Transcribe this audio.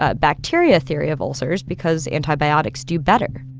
ah bacteria theory of ulcers because antibiotics do better